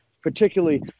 particularly